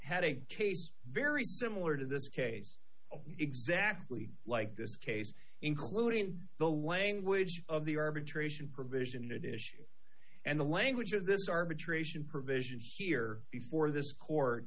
case very similar to this case exactly like this case including the language of the arbitration provision in that issue and the language of this arbitration provision here before this court